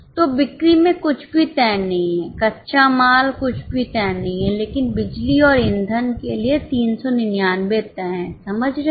तो बिक्री में कुछ भी तय नहीं है कच्चा माल कुछ भी तय नहीं है लेकिन बिजली और ईंधन के लिए 399 तय हैसमझ रहे हैं